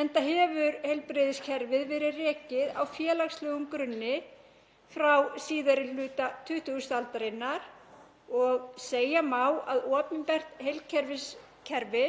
enda hefur heilbrigðiskerfið verið rekið á félagslegum grunni frá síðari hluta 20. aldarinnar og segja má að opinbert heilbrigðiskerfi